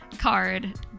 Card